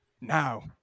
Now